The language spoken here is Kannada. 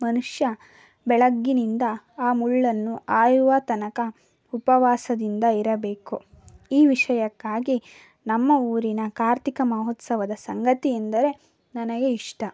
ಮನುಷ್ಯ ಬೆಳಗ್ಗಿನಿಂದ ಆ ಮುಳ್ಳನ್ನು ಹಾಯುವ ತನಕ ಉಪವಾಸದಿಂದ ಇರಬೇಕು ಈ ವಿಷಯಕ್ಕಾಗಿ ನಮ್ಮ ಊರಿನ ಕಾರ್ತಿಕ ಮಹೋತ್ಸವದ ಸಂಗತಿ ಎಂದರೆ ನನಗೆ ಇಷ್ಟ